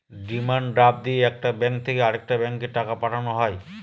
demand draft দিয়ে একটা bank থেকে আরেকটা ব্যাঙ্কে টাকা পাঠানো হয়